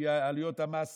כי עלויות המס